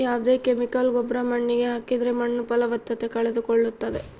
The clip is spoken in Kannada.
ಯಾವ್ದೇ ಕೆಮಿಕಲ್ ಗೊಬ್ರ ಮಣ್ಣಿಗೆ ಹಾಕಿದ್ರೆ ಮಣ್ಣು ಫಲವತ್ತತೆ ಕಳೆದುಕೊಳ್ಳುತ್ತದೆ